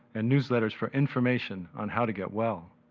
and newsletters for information on how to get well.